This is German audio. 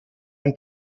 ein